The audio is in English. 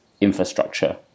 infrastructure